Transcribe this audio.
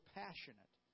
passionate